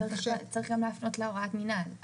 צריך גם להפנות להוראת מינהל.